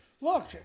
Look